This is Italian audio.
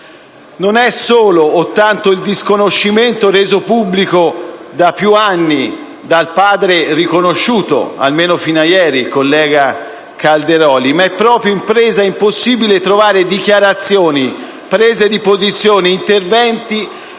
Non è solo, o tanto, il disconoscimento reso pubblico da più anni da parte del padre riconosciuto, almeno fino a ieri, il collega Calderoli, ma è proprio impresa impossibile trovare dichiarazioni, prese di posizione o interventi